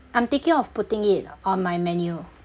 I'm thinking of putting it on my menu